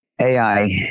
AI